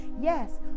yes